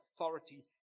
authority